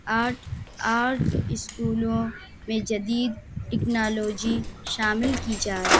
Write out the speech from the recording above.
art art اسکولوں میں جدید ٹیکنالوجی شامل کی جائے